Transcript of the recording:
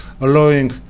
allowing